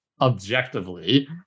objectively